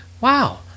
wow